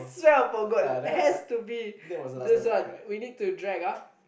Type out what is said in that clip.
swear I forgot it has to be this one we need to drag